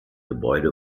gebäude